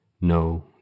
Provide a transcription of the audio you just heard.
No